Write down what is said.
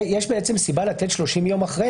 יש סיבה לתת 30 יום אחרי?